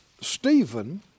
Stephen